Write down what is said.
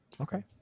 Okay